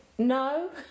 No